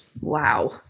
Wow